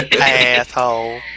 Asshole